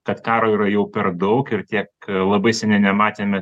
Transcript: kad karo yra jau per daug ir tiek labai seniai nematėme